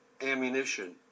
ammunition